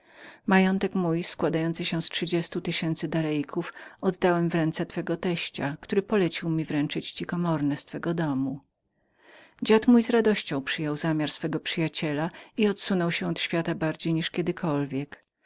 majątek mój składający się z trzydziestu tysięcy darejków oddałem w ręce twego teścia który polecił mi wręczyć ci komorne z twego domu dziad mój z radością przyjął zamiar swego przyjaciela delliusa i odłączył się od świata bardziej niż kiedykolwiek